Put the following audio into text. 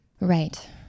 Right